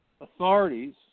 authorities